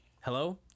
Hello